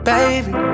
Baby